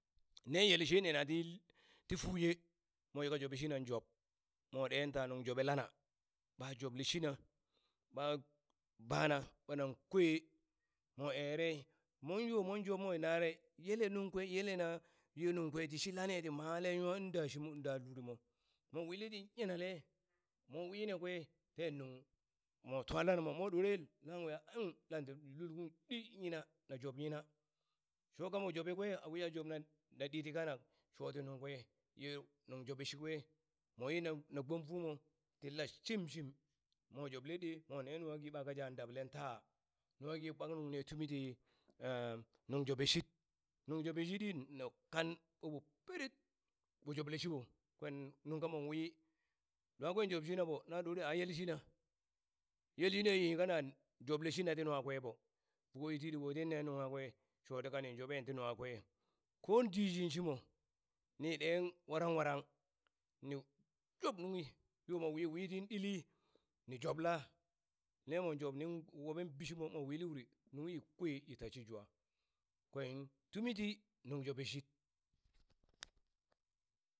Ne yele she nena ti ti fuye mwa yika joɓe shinan job mwa ɗen ta nuŋ joɓe lana ɓa joble shina ɓa bana ɓa nan kwe ere mon yo mon job mo lare yele nung kwe yelena tishi lane ti male nwa da shimo da lurimo mo wi ti yinale mon wina kwe ten nung mwa twa lanamo mo dore laung a un lanti lul kung di yina job yina shokamo jobe kwe awiya a joɓ na ɗiti kanak shoti nung kwe ye nuŋ joɓe shi kwe mo wi na na gbom fu mo ti lat shimshim mo joɓle ɗe mone nwaki ɓaka jan dablen taa nwa ki kpang nuŋ ne tumiti nuŋ joɓe shit, nuŋ joɓe shiɗi na kan ɓaɓo pirip ɓo joble shiɓo kwen nuŋ mon wi luwa kwa job shina ɓo na ɗore a yel shina yel shina ye kanajoɓle shina ti nwakwe ɓo vuko ye titiɓo ti ne nuwake shoti kani joɓen ti nwakwe kon dishi shimo ni ɗen warangwarang ni joɓ nunghi yomo wi wii tin ɗili ni jobla nemon job nin woɓen bi shi mo mwa wili uri nunghi kwe yi tashi jwa kwen tumiti nuŋ joɓe shit.